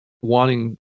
wanting